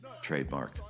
Trademark